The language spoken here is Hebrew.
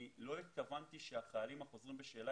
אני לא התכוונתי שהחיילים החוזרים בשאלה